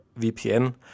vpn